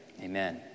Amen